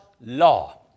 law